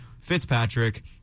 Fitzpatrick